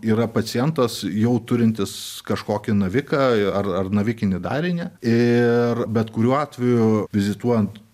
yra pacientas jau turintis kažkokį naviką ar ar navikinį darinį ir bet kuriuo atveju vizituojant